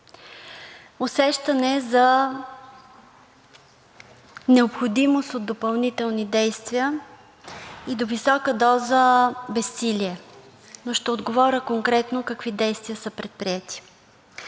усещане за необходимост от допълнителни действия и до висока доза безсилие, но ще отговоря конкретно какви действия са предприети.